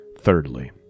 Thirdly